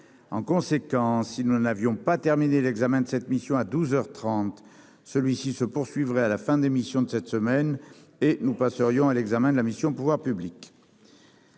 en conséquence, si nous n'avions pas terminé l'examen de cette mission à 12 heures 30, celui-ci se poursuivrait à la fin d'émission de cette semaine et nous passerions à l'examen de la mission, pouvoirs publics.